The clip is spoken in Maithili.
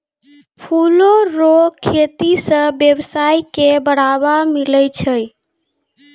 फूलो रो खेती से वेवसाय के बढ़ाबा मिलै छै